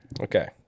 Okay